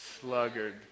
sluggard